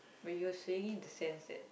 but you were saying in the sense that